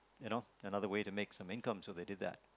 you know another way to make some income so they did that